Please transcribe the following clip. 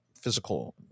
physical